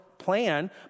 plan